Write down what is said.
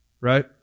Right